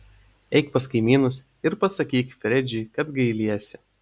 eik pas kaimynus ir pasakyk fredžiui kad gailiesi